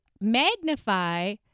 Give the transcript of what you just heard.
magnify